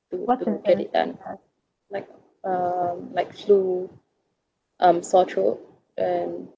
to to get it done like um like flu um sore throat and